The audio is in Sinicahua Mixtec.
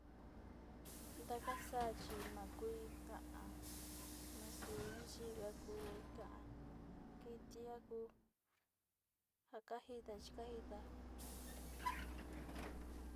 Ntaka saa chi maku kotoyo chi jani nkakan kajiyo ma in yuku te o saa ja ku kuanyo te kontekayo.